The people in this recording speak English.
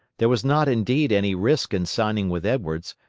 there was not indeed any risk in signing with edwards,